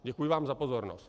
Děkuji vám za pozornost.